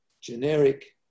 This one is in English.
generic